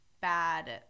bad